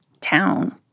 town